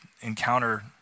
encounter